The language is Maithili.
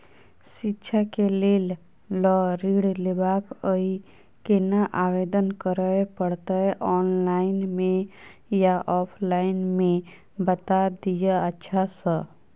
शिक्षा केँ लेल लऽ ऋण लेबाक अई केना आवेदन करै पड़तै ऑनलाइन मे या ऑफलाइन मे बता दिय अच्छा सऽ?